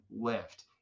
lift